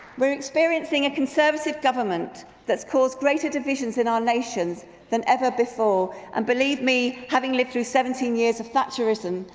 we're experiencing a conservative government that's caused greater divisions in our nation than ever before. and believe me, having lived with seventeen years of thatcherrism,